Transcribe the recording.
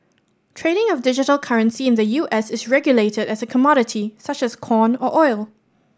trading of digital currency in the U S is regulated as a commodity such as corn or oil